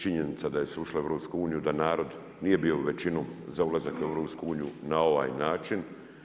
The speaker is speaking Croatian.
Činjenica da se je ušlo u EU, da narod nije bio većino za ulazak u EU, na ovaj način.